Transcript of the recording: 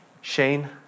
Shane